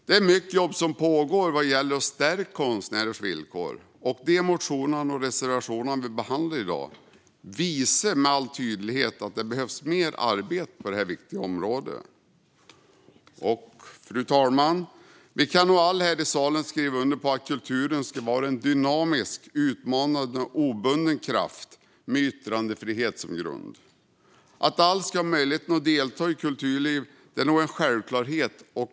Det är mycket jobb som pågår vad gäller att stärka konstnärers villkor, och de motioner och reservationer vi behandlar i dag visar med all tydlighet att det behövs mer arbete på detta viktiga område. Fru talman! Vi kan nog alla här i salen skriva under på att kulturen ska vara en dynamisk, utmanande och obunden kraft med yttrandefrihet som grund. Att alla ska ha möjlighet att delta i kulturlivet är nog en självklarhet.